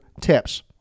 tips